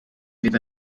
fydd